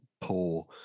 poor